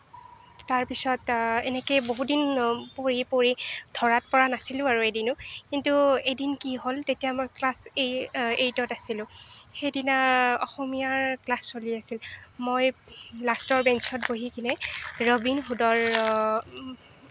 তাৰপিছত এনেকৈ বহুদিন পঢ়ি পঢ়ি ধৰা পৰা নাছিলো আৰু এদিনো কিন্তু এদিন কি হ'ল তেতিয়া মই ক্লাছ এই এইটত আছিলো সেইদিনা অসমীয়াৰ ক্লাছ চলি আছিল মই লাষ্টৰ বেঞ্চত বহিকেনে ৰবিন হুদৰ